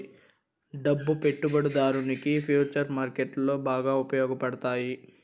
డబ్బు పెట్టుబడిదారునికి ఫుచర్స్ మార్కెట్లో బాగా ఉపయోగపడతాయి